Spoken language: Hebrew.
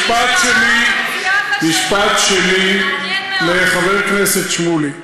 משפט שני, לחבר הכנסת שמולי: